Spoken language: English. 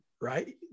right